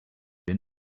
been